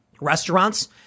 Restaurants